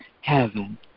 heaven